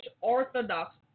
Orthodox